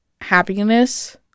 happiness